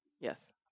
Yes